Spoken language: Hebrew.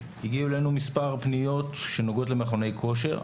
הגיעו אלינו מספר פניות שנוגעות למכוני כושר.